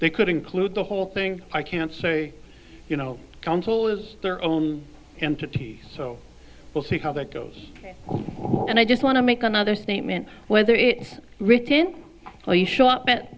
they could include the whole thing i can't say you know council has their own entity so we'll see how that goes and i just want to make another statement whether it's written or you show up at